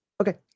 Okay